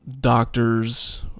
doctors